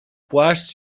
płaszcz